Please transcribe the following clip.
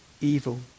evil